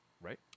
right